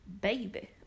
baby